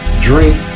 drink